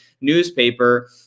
newspaper